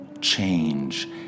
change